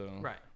Right